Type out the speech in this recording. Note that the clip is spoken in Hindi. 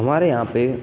हमारे यहाँ पर